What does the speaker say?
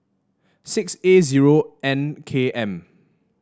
six A zero N K M